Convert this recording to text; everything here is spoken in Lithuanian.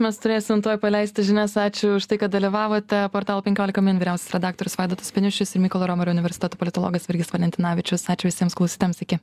mes turėsim tuoj paleisti žinias ačiū už tai kad dalyvavote portalo penkiolika min vyriausias redaktorius vaidotas beniušis ir mykolo romerio universiteto politologas virgis valentinavičius ačiū visiems klausytojams iki